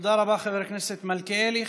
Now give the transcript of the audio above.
תודה רבה, חבר הכנסת מלכיאלי.